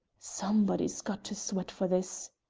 somebody's got to sweat for this!